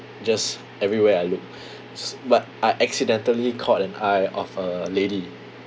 just everywhere I look s~ but I accidentally caught an eye of a lady